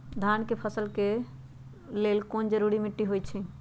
धान के फसल के लेल कौन मिट्टी जरूरी है?